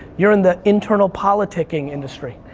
you're in the internal politicking industry.